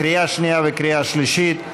קריאה שנייה וקריאה שלישית.